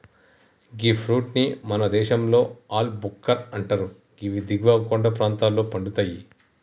గీ fruit ని మన దేశంలో ఆల్ భుక్కర్ అంటరు గివి దిగువ కొండ ప్రాంతంలో పండుతయి